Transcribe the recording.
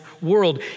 world